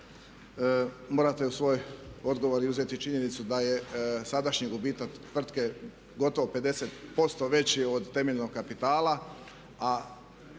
Morate uz svoj odgovor uzeti i činjenicu da je sadašnji gubitak tvrtke gotovo 50% veći od temeljnog kapitala